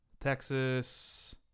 Texas